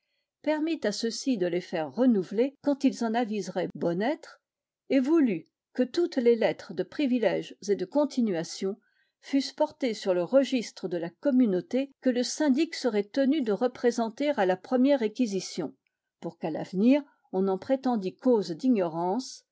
permit à ceux-ci de les faire renouveler quand ils en aviseraient bon être et voulut que toutes les lettres de privilèges et de continuations fussent portées sur le registre de la communauté que le syndic serait tenu de représenter à la première réquisition pour qu'à l'avenir on n'en prétendît cause d'ignorance